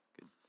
Good